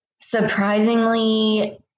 Surprisingly